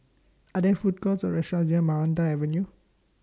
Are There Food Courts Or restaurants near Maranta Avenue